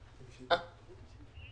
"רשף טכנולוגיה",